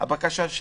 הבקשה שלי